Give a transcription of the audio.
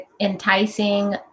enticing